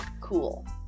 cool